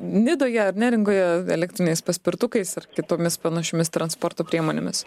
nidoje ar neringoje elektriniais paspirtukais ar kitomis panašiomis transporto priemonėmis